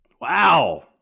Wow